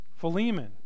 Philemon